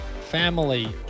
Family